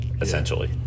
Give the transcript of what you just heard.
essentially